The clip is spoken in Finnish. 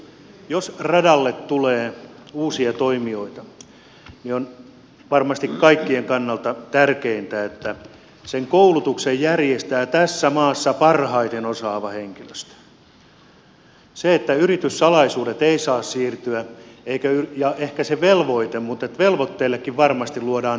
jos radalle tulee uusia toimijoita niin on varmasti kaikkien kannalta tärkeintä se että sen koulutuksen järjestää tässä maassa parhaiten osaava henkilöstö että yrityssalaisuudet eivät saa siirtyä ja ehkä se velvoite mutta velvoitteellekin varmasti luodaan hinnastot